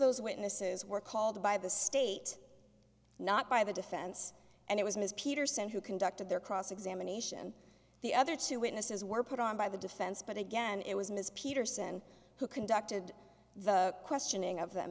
those witnesses were called by the state not by the defense and it was ms peterson who conducted their cross examination the other two witnesses were put on by the defense but again it was ms peterson who conducted the questioning of that